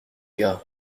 gars